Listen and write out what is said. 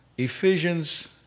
Ephesians